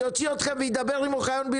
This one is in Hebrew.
אני אוציא אתכם ואדבר בלעדיכם.